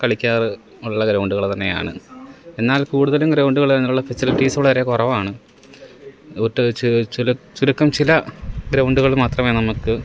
കളിക്കാറ് ഉള്ള ചില ഗ്രൗണ്ടുകൾ തന്നെയാണ് എന്നാൽ കൂടുതലും ഗ്രൗണ്ടുകൾ അതിനുള്ള ഫെസിലിറ്റിസ് വളരെ കുറവാണ് പ്രത്യേകിച്ച് ചില ചുരുക്കം ചില ഗ്രൗണ്ടുകൾ മാത്രമേ നമുക്ക്